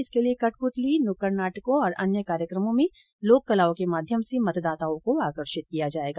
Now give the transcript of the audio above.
इसके लिये कठपुतली नुक्कड नाटकों और अन्य कार्यकमों में लोककलाओं के माध्यम से मतदाताओं को आकर्षित किया जायेगा